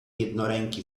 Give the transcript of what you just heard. jednoręki